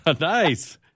Nice